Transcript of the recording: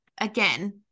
Again